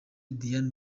diane